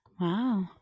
Wow